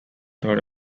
third